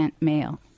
male